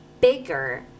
bigger